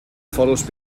follows